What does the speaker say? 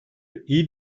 iyi